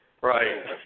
Right